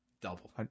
double